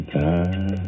time